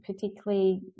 particularly